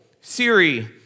Siri